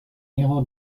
ihrer